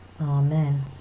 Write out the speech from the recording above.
Amen